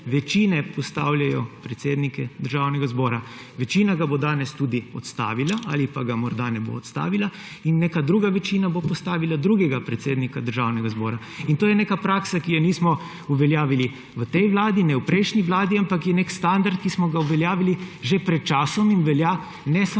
Večine postavljajo predsednike državnega zbora, večina ga bo danes tudi odstavila, ali pa ga morda ne bo odstavila, in neka druga večina bo postavila drugega predsednika državnega zbora. To je neka praksa, ki je nismo uveljavili v tej vladi ne v prejšnji vladi, ampak je nek standard, ki smo ga uveljavili že pred časom in velja ne samo